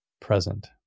present